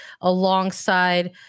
alongside